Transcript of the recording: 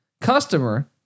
customer